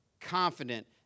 confident